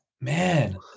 man